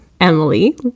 Emily